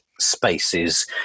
spaces